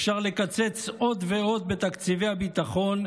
אפשר לקצץ עוד ועוד בתקציבי הביטחון,